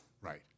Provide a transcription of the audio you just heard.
Right